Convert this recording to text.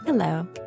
Hello